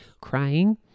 crying